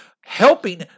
helping